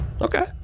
Okay